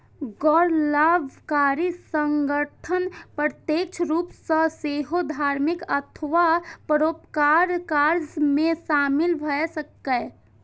गैर लाभकारी संगठन प्रत्यक्ष रूप सं सेहो धार्मिक अथवा परोपकारक काज मे शामिल भए सकैए